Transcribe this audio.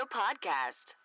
podcast